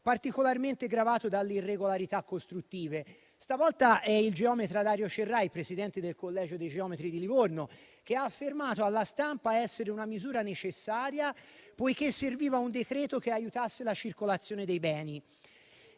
particolarmente gravato dalle irregolarità costruttive. Il geometra Dario Cerrai, presidente del Collegio dei geometri di Livorno, ha affermato alla stampa che si tratta di una misura necessaria, poiché serviva un provvedimento che aiutasse la circolazione dei beni.